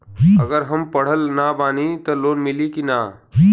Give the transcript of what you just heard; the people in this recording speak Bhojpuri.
अगर हम पढ़ल ना बानी त लोन मिली कि ना?